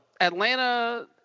Atlanta